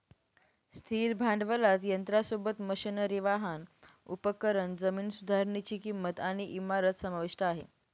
स्थिर भांडवलात यंत्रासोबत, मशनरी, वाहन, उपकरण, जमीन सुधारनीची किंमत आणि इमारत समाविष्ट आहे